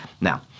Now